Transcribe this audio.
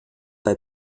bei